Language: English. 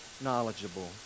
knowledgeable